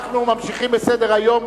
אנחנו ממשיכים בסדר-היום.